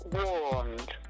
warned